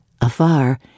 Afar